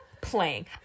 playing